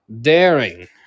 daring